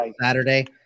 Saturday